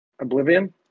Oblivion